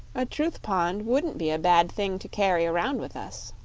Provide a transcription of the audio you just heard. a truth pond wouldn't be a bad thing to carry around with us.